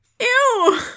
Ew